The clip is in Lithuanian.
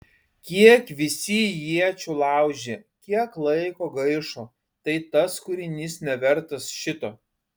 kiek visi iečių laužė kiek laiko gaišo tai tas kūrinys nevertas šito